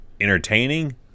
entertaining